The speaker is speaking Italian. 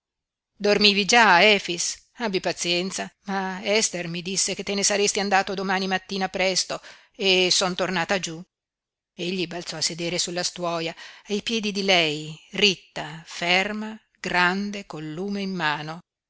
dormivi già efix abbi pazienza ma ester mi disse che te ne saresti andato domani mattina presto e son tornata giú egli balzò a sedere sulla stuoia ai piedi di lei ritta ferma grande col lume in mano